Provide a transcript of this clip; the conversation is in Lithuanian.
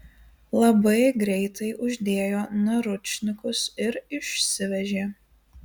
labai greitai uždėjo naručnikus ir išsivežė